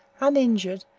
uninjured,